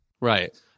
Right